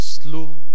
slow